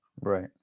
Right